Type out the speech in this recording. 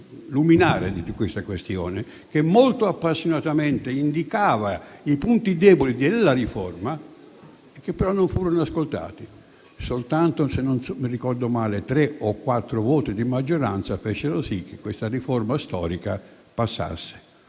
luminare della questione, che molto appassionatamente indicava i punti deboli della riforma, che però non furono ascoltati. Se non ricordo male, soltanto tre o quattro voti di maggioranza fecero sì che questa riforma storica passasse.